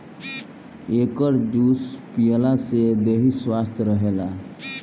एकर juice पियला से देहि स्वस्थ्य रहेला